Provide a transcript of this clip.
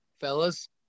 Fellas